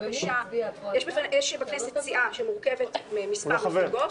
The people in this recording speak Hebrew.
יש בכנסת סיעה שמורכבת ממספר מפלגות,